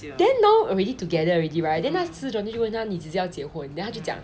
then now already together already right then 那时 johnny 就问她你几时要结婚 then 她就讲